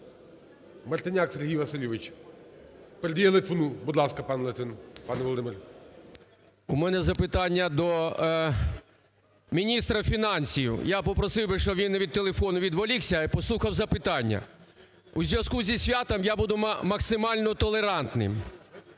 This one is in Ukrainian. Мартиняк Сергій Васильович передає Литвину. Будь ласка, пан Литвин, пане Володимир. 10:46:41 ЛИТВИН В.М. У мене запитання до міністра фінансів. Я попросив би, щоб він від телефону відволікся і послухав запитання. У зв'язку зі святом я буду максимально толерантним.